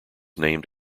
named